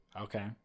okay